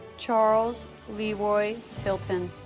charles leroy tilton